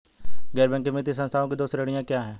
गैर बैंकिंग वित्तीय संस्थानों की दो श्रेणियाँ क्या हैं?